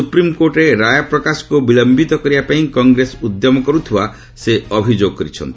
ସୁପ୍ରିମ୍କୋର୍ଟରେ ରାୟ ପ୍ରକାଶକୁ ବିଳମ୍ବିତ କରିବା ପାଇଁ କଂଗ୍ରେସ ଉଦ୍ୟମ କରୁଥିବା ସେ ଅଭିଯୋଗ କରିଛନ୍ତି